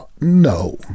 no